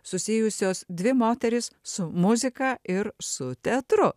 susijusios dvi moterys su muzika ir su teatru